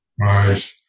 Right